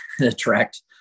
attract